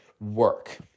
work